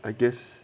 I guess